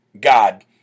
God